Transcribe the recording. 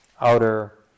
outer